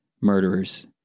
murderers